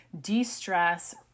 de-stress